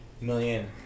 million